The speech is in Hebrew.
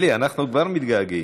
אלי, אנחנו כבר מתגעגעים.